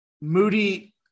Moody